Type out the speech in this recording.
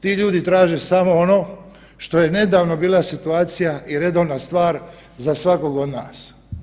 Ti ljudi traže samo ono što je nedavno bila situacija i redovna stvar za svakog od nas.